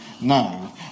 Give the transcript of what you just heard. now